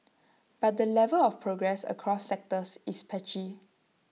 but the level of progress across sectors is patchy